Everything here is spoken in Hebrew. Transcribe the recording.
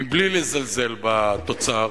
בלי לזלזל בתוצר,